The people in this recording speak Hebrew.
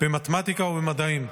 במתמטיקה ובמדעים.